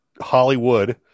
Hollywood